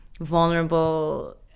Vulnerable